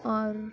اور